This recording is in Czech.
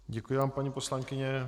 Děkuji vám, paní poslankyně.